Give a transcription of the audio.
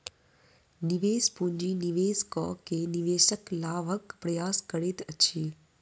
निवेश पूंजी निवेश कअ के निवेशक लाभक प्रयास करैत अछि